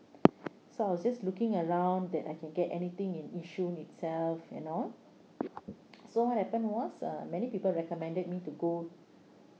so I was just looking around that I can get anything in yishun itself and all so what happened was uh many people recommended me to go